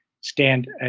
stand